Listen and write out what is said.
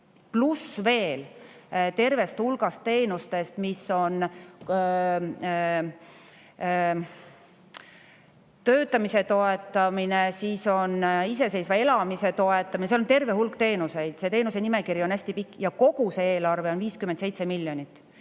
pluss veel tervest hulgast teenustest: töötamise toetamine, iseseisva elamise toetamine. Seal on terve hulk teenuseid, see teenuste nimekiri on hästi pikk. Ja kogu see eelarve on 57 miljonit.